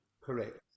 Correct